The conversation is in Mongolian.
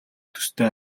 төстэй